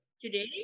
today